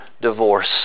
divorce